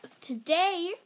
today